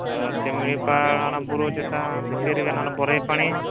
ᱥᱤᱢᱞᱤᱯᱟᱞ ᱚᱱᱟ ᱵᱩᱨᱩ ᱪᱮᱛᱟᱱ ᱵᱷᱤᱛᱤᱨ ᱨᱮᱜᱮ ᱚᱱᱮ ᱚᱱᱟ ᱵᱩᱨᱦᱤᱯᱟᱱᱤ